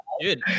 dude